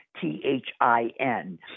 T-H-I-N